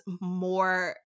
more